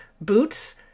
boots